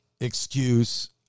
excuse